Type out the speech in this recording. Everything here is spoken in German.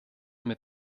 mit